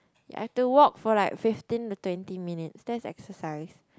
I have to walk for like fifteen to twenty minutes that's exercise